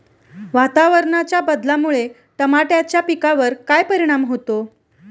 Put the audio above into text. वातावरणाच्या बदलामुळे टमाट्याच्या पिकावर काय परिणाम होतो?